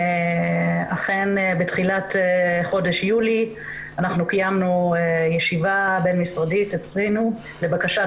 אכן בתחילת חודש יולי קיימנו ישיבה בין משרדית אצלנו לבקשת